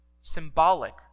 symbolic